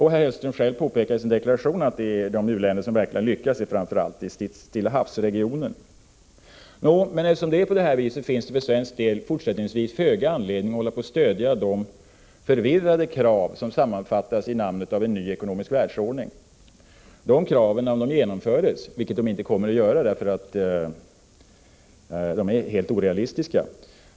Herr Hellström påpekade själv i sin deklaration att de u-länder som verkligen har lyckats framför allt ligger i Stilla havs-regionen. Men eftersom det är på det viset, finns det för svenskt vidkommande fortsättningsvis föga anledning att stödja de förvirrade krav som sammanfattas under namnet ”en ny ekonomisk världsordning”. Dessa krav kommer inte att genomföras, eftersom de är helt orealistiska.